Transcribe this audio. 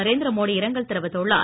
நரேந்திரமோடி இரங்கல் தெரிவித்துள்ளார்